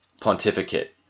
pontificate